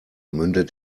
mündet